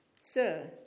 Sir